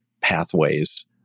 pathways